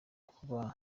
kuba